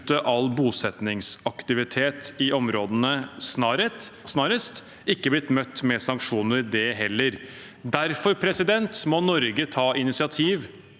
all bosettingsaktivitet i områdene snarest. Det er ikke blitt møtt med sanksjoner, det heller. Derfor må Norge ta initiativ